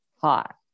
hot